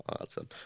awesome